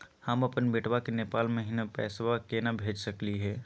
हम अपन बेटवा के नेपाल महिना पैसवा केना भेज सकली हे?